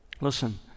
Listen